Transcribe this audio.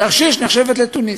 תרשיש נחשבת לתוניס.